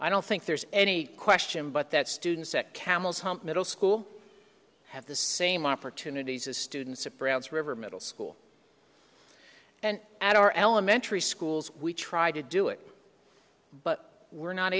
i don't think there's any question but that students at camel's hump middle school have the same opportunities as students at browns river middle school and at our elementary schools we try to do it but we're not